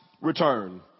return